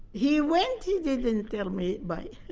he went he didn't tell me bye.